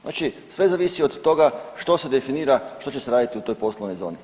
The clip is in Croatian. Znači sve zavisi od toga što se definira što će se raditi u toj poslovnoj zoni.